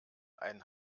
einen